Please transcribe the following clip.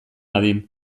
dadin